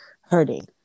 hurting